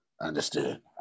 Understood